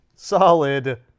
Solid